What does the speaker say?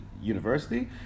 university